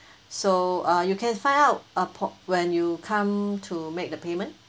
so uh you can find out uh po~ when you come to make the payment